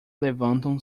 levantam